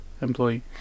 employee